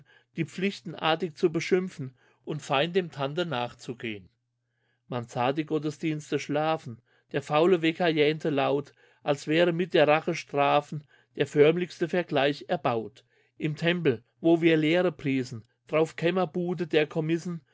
die pflichten artig zu beschimpfen und fein dem tande nachzugehn man sah die gottesdienste schlafen der faule wecker jähnte laut als wäre mit der rache strafen der förmlichste vergleich erbaut im tempel wo wir lehre priesen drauf krämerbude der commisen